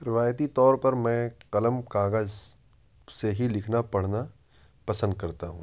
روایتی طور پر میں قلم کاغذ سے ہی لکھنا پڑھنا پسند کرتا ہوں